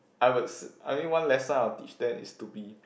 I would s~ I mean one lesson I will teach them is to be